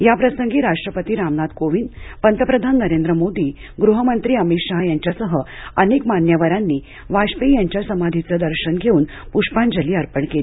याप्रसंगी राष्ट्रपती रामनाथ कोविंद पंतप्रधान नरेंद्र मोदी गृह मंत्री अमित शाह यांच्यासह अनेक मान्यवरांनी वाजपेयी यांच्या समाधीचं दर्शन घेऊन पुष्पांजली अर्पण केली